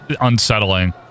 unsettling